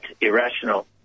irrational